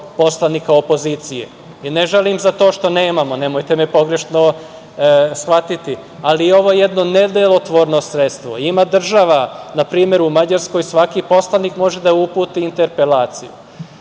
i ne žalim zato što nemamo, nemojte me pogrešno shvatiti, ali ovo je jedno nedelotvorno sredstvo. Ima država na primer u Mađarskoj svaki poslanik može da uputi interpelaciju.